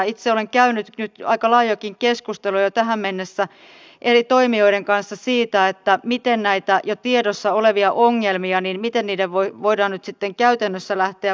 itse olen käynyt nyt aika laajojakin keskusteluja tähän mennessä eri toimijoiden kanssa siitä miten näihin jo tiedossa oleviin ongelmiin voidaan nyt sitten käytännössä lähteä puuttumaan